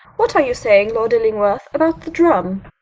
what are you saying, lord illingworth, about the drum?